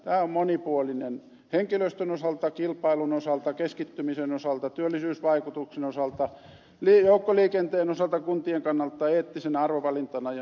tämä on monipuolinen henkilöstön osalta kilpailun osalta keskittymisen osalta työllisyysvaikutuksen osalta joukkoliikenteen osalta kuntien kannalta eettisenä arvovalintana ja niin edelleen